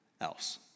else